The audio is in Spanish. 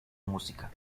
música